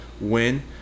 win